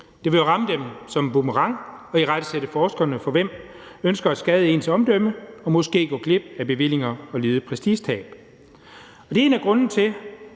Det vil jo ramme dem som en boomerang at irettesætte forskerne, for hvem ønsker at skade sit omdømme og måske gå glip af bevillinger og lide prestigetab? Det er en af grundene til,